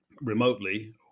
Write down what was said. remotely